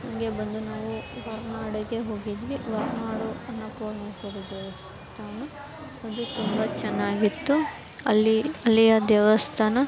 ಹಾಗೆ ಬಂದು ನಾವು ಹೊರನಾಡಿಗೆ ಹೋಗಿದ್ವಿ ಹೊರನಾಡು ಅನ್ನಪೂರ್ಣೇಶ್ವರಿ ದೇವಸ್ಥಾನ ಅದು ತುಂಬ ಚೆನ್ನಾಗಿತ್ತು ಅಲ್ಲಿ ಅಲ್ಲಿಯ ದೇವಸ್ಥಾನ